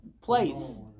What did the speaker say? place